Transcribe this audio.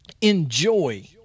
enjoy